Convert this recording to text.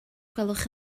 gwelwch